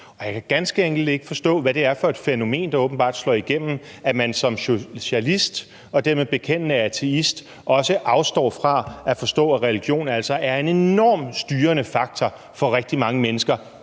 og jeg kan ganske enkelt ikke forstå, hvad det er for et fænomen, der åbenbart slår igennem, når man som socialist og dermed bekendende ateist også afstår fra at forstå, at religion altså er en enormt styrende faktor for rigtig mange mennesker,